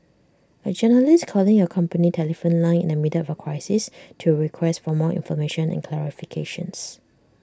A journalist calling your company telephone line in the middle of A crisis to request for more information and clarifications